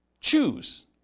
choose